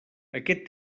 aquest